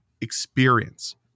experience